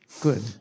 Good